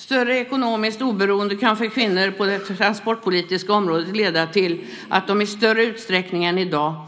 Större ekonomiskt oberoende kan för kvinnor på det transportpolitiska området leda till att de i större utsträckning än i dag